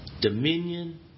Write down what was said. dominion